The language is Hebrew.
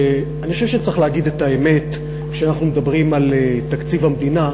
אני חושב שצריך להגיד את האמת כשאנחנו מדברים על תקציב המדינה,